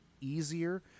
easier